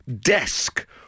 desk